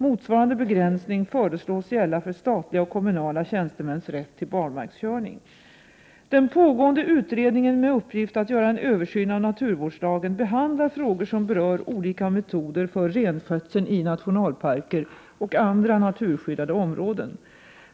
Motsvarande begränsning föreslås gälla för statliga och kommunala tjänstemäns rätt till barmarkskörning. Den pågående utredningen med uppgift att göra en översyn av naturvårdslagen behandlar frågor som berör olika metoder för renskötseln i nationalparker och andra naturskyddade områden.